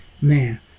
man